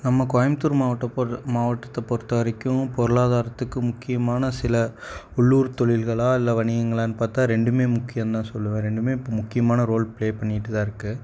நம்ம கோயமுத்தூர் மாவட்டம் பொறு மாவட்டத்தை பொறுத்த வரைக்கும் பொருளாதாரத்துக்கு முக்கியமான சில உள்ளூர் தொழில்களாக இல்லை வணிகங்களான்னு பார்த்தா ரெண்டுமே முக்கியம் தான் சொல்லுவேன் ரெண்டுமே இப்போ முக்கியமான ரோல் பிளே பண்ணிகிட்டு தான் இருக்குது